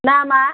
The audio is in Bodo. नामा